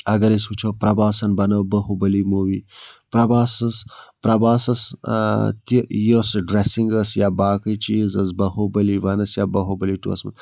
اگر أسۍ وُچھو پرٛباسَن بَنٲو بَہوٗبٔلی موٗوی پرٛباسَس پرٛباسَس تہِ یۄس ڈریسِنٛگ ٲس یا باقٕے چیٖز ٲس بَہوٗبٕلی وَنَس یا بَہوٗبلی ٹُوَس منٛز